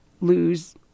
lose